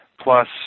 plus